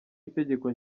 itegeko